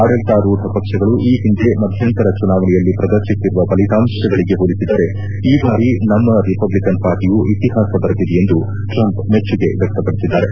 ಅಡಳಿತಾರೂಢ ಪಕ್ಷಗಳು ಈ ಹಿಂದೆ ಮಧ್ಯಂತರ ಚುನಾವಣೆಯಲ್ಲಿ ಪ್ರದರ್ಶಿಸಿರುವ ಫಲಿತಾಂಶಗಳಿಗೆ ಹೋಲಿಸಿದರೆ ಈ ಬಾರಿ ನಮ್ಮ ರಿಪಬ್ಲಿಕನ್ ಪಾರ್ಟಿಯು ಇತಿಹಾಸ ಬರೆದಿದೆ ಎಂದು ಟ್ರಂಪ್ ಮೆಚ್ಚುಗೆ ವ್ಯಕ್ತಪಡಿಸಿದ್ದಾರೆ